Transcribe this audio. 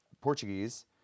portuguese